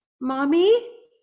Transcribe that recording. Mommy